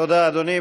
תודה, אדוני.